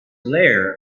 layer